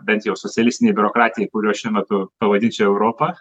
bent jos socialistinei biurokratijai kuria šiuo metu pavadinčiau europą